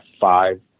five